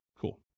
Cool